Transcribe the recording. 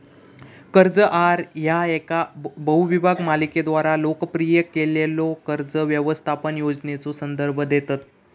कर्ज आहार ह्या येका बहुभाग मालिकेद्वारा लोकप्रिय केलेल्यो कर्ज व्यवस्थापन योजनेचो संदर्भ देतत